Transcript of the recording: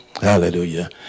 hallelujah